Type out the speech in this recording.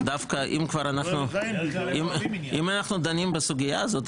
אם אנחנו דווקא דנים בסוגיה הזאת,